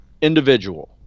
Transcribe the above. individual